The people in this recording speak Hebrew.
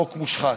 חוק מושחת.